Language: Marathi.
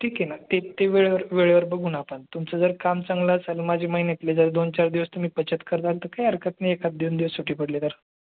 ठीक आहे ना ते ते वेळेवर वेळेवर बघू नं आपण तुमचं जर काम चांगलं असेल माझी महिन्यातले जर दोन चार दिवस तुम्ही बचत कराल तर काही हरकत नाही एखादं देऊन देऊ सुट्टी पडली तर